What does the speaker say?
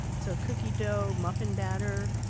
so cookie dough, muffin batter,